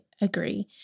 agree